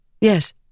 Yes